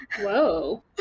Whoa